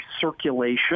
circulation